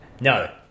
no